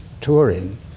touring